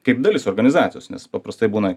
kaip dalis organizacijos nes paprastai būna